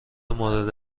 مورد